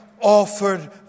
offered